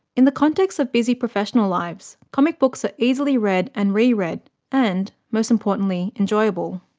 in the context of busy professional lives, comic books are easily read and re-read and, most importantly, enjoyable.